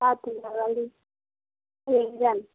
एक दाम